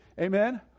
amen